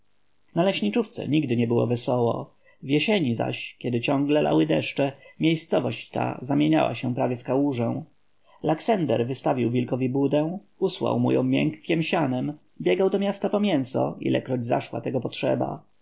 na leśniczówce nigdy nie było wesoło w jesieni zaś kiedy ciągle lały deszcze miejscowość ta zamieniała się prawie w kałużę laksender wystawił wilkowi budę usłał mu ją miękkiem sianem biegał do miasta po mięso ilekroć zaszła tego potrzeba